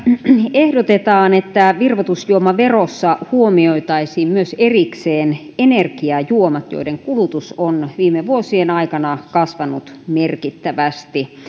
ehdotetaan että virvoitusjuomaverossa huomioitaisiin erikseen myös energiajuomat joiden kulutus on viime vuosien aikana kasvanut merkittävästi